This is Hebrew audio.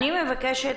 אני מבקשת